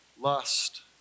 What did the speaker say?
lust